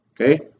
Okay